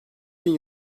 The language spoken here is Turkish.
bin